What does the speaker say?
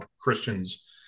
Christians